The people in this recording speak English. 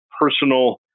personal